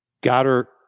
Goddard